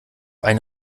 eine